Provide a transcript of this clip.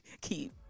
keep